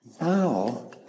Now